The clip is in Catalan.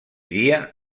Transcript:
dia